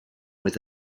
with